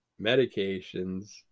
medications